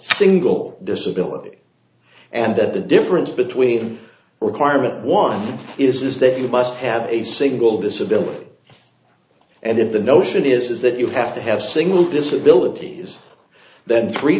single disability and that the difference between requirement one is that you must have a single disability and if the notion is that you have to have single disability then three